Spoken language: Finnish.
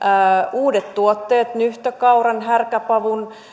uudet tuotteet nyhtökauran härkäpavun